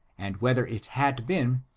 and whether it has been,